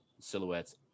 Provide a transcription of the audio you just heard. silhouettes